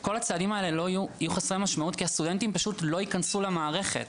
כל הצעדים האלה יהיו חסרי משמעות כי הסטודנטים פשוט לא ייכנסו למערכת.